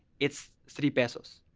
it's three pesos.